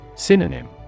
Synonym